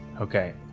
Okay